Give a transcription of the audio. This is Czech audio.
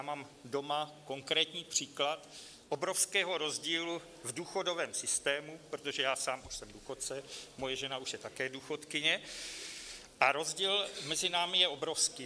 Mám doma konkrétní příklad obrovského rozdílu v důchodovém systému, protože já sám už jsem důchodce, moje žena už je také důchodkyně a rozdíl mezi námi je obrovský.